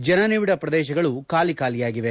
ಜನನಿಬಿಡ ಪ್ರದೇಶಗಳು ಖಾಲಿ ಖಾಲಿಯಾಗಿವೆ